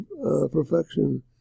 perfection